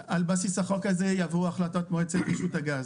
על בסיס החוק הזה יבואו החלטות מועצת רשות הגז.